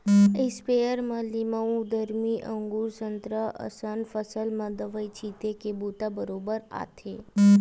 sprayer म लीमउ, दरमी, अगुर, संतरा असन फसल म दवई छिते के बूता बरोबर आथे